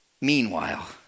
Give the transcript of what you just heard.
Meanwhile